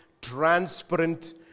transparent